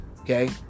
Okay